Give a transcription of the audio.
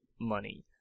money